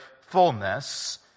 fullness